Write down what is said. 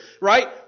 right